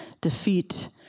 defeat